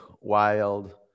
wild